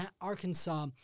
Arkansas